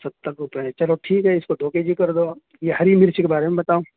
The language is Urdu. ستر روپیے چلو ٹھیک ہے اس کو دو کے جی کر دو اب یہ ہری مرچی کے بارے میں بتاؤ